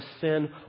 sin